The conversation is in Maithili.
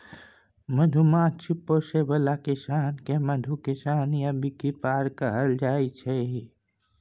मधुमाछी पोसय बला किसान केँ मधु किसान या बीकीपर कहल जाइ छै